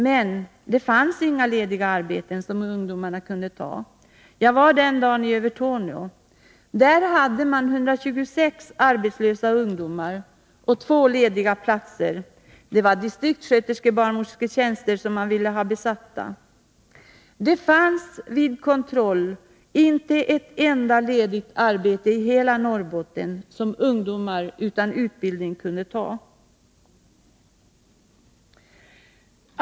Men det fanns inga lediga arbeten som ungdomarna kunde ta. Jag var i Övertorneå den dagen. Där hade man 126 arbetslösa ungdomar och två lediga platser. Det var distriktssköterskeoch barnmorsketjänster som man ville ha besatta. Vid kontroll fanns det inte ett enda ledigt arbete i hela Norrbotten som ungdomar utan utbildning kunde ta.